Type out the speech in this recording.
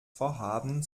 vorhaben